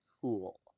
Cool